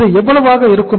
இது எவ்வளவாக இருக்கும்